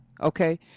okay